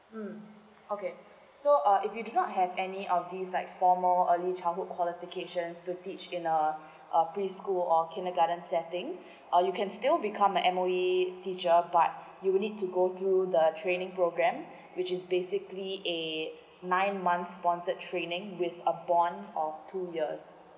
mm okay so uh if you do not have any of these like formal early childhood qualifications to teach in a a preschool or kindergarten settings uh you can still become a M_O_E teacher but you will need to go through the training program which is basically a nine months sponsor training with a bond of two years